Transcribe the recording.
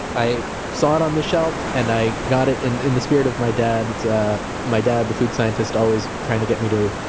i saw it on the shelf, and i got it in in the spirit of my dad. ah my dad, the food scientist, always trying to get me to